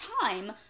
time